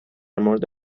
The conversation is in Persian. مورد